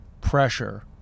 pressure